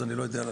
אז אני לא יודע.